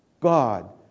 God